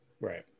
Right